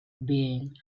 being